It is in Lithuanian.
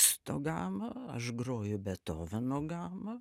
stogamą aš groju bethoveno gamą